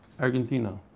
Argentina